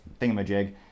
thingamajig